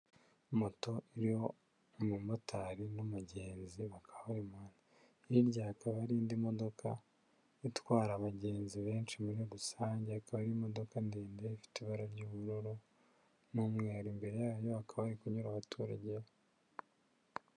Moto iriho umu motari n'umugenzi bakaba bari mumuhanda. Hirya hakaba hari indi modoka itwara abagenzi benshi muri rusange, ikaba imodoka ndende ifite ibara ry'ubururu n'umweru. Imbere yayo hakaba hari kunyura abaturage.